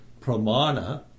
Pramana